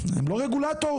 הם לא רגולטור.